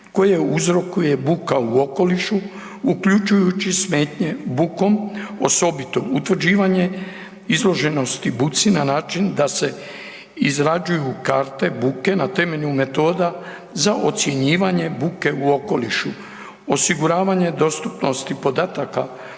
koje uzrokuje buka u okolišu uključujući smetnje bukom, osobito utvrđivanje izloženosti buci na način da se izrađuju karte buke na temelju metoda za ocjenjivanje buke u okolišu, osiguravanje dostupnosti podataka